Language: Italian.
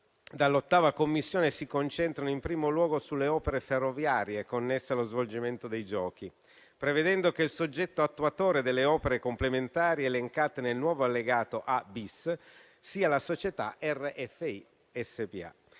dall'8a Commissione si concentrano, in primo luogo, sulle opere ferroviarie connesse allo svolgimento dei Giochi, prevedendo che il soggetto attuatore delle opere complementari elencate nel nuovo allegato A-*bis* sia la società Rete